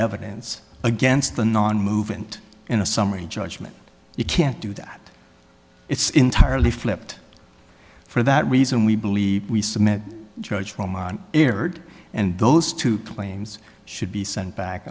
evidence against the non movement in a summary judgment you can't do that it's entirely flipped for that reason we believe we submit judge from on aired and those two claims should be sent back